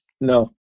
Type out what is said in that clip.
No